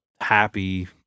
happy